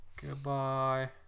Goodbye